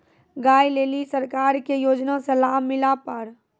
गाय ले ली सरकार के योजना से लाभ मिला पर?